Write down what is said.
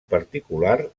particular